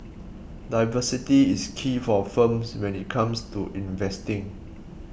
diversity is key for firms when it comes to investing